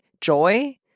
joy